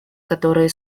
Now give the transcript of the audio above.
которые